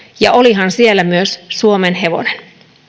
ja olihan siellä myös suomenhevonen